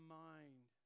mind